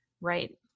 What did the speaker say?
Right